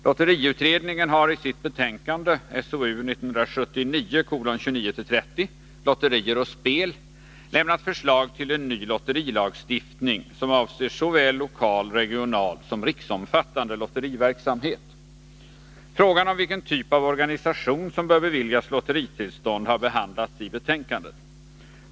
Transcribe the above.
Lotteriutredningen har i sitt betänkande Lotterier och spel lämnat förslag till en ny lotterilagstiftning, som avser såväl lokal, regional som riksomfattande lotteriverksamhet. Frågan om vilken typ av organisation som bör beviljas lotteritillstånd har behandlats i betänkandet.